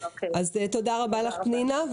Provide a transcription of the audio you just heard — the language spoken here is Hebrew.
תודה רבה לך, פנינה.